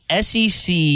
SEC